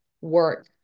work